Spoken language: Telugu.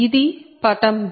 ఇది పటం b